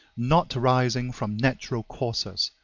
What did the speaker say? not arising from natural causes,